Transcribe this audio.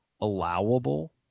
allowable